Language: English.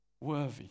Worthy